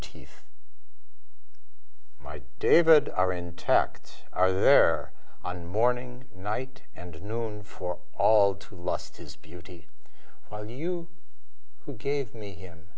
teeth my david are intact are there on morning night and noon for all to last his beauty while you who gave me